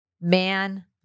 man